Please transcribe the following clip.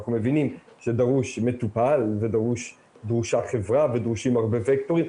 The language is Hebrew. אנחנו מבינים שדרוש מטופל ודרושה חברה ודרושים הרבה וקטורים,